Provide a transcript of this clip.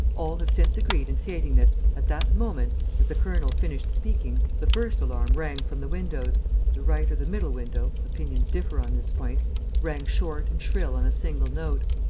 all have since agreed in stating that, at that moment, as the colonel finished speaking, the first alarm rang from the windows the right or the middle window opinions differ on this point rang short and shrill on a single note.